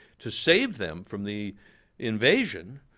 to save them from the invasion.